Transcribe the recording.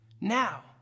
Now